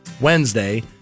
Wednesday